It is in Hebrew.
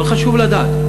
אבל חשוב לדעת,